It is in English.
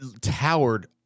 towered